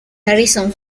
harrison